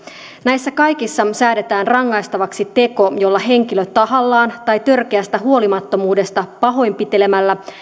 näissä kaikissa säädetään rangaistavaksi teko jolla henkilö tahallaan tai törkeästä huolimattomuudesta pahoinpitelemällä